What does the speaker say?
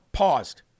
paused